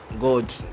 God